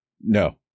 No